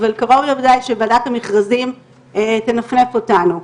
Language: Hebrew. אבל קרוב לוועדת המרכזים תנפנף אותנו.